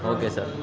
okay sir